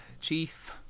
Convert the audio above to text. chief